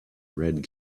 red